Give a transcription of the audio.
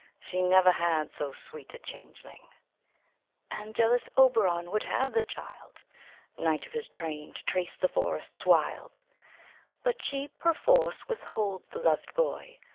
she never had so sweet a changeling and jealous oberon would have the child knight of his train, to trace the forests wild but she perforce withholds the loved boy,